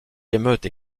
émeutes